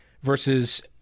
versus